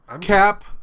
cap